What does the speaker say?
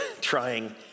trying